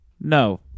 No